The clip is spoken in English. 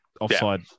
offside